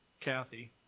Kathy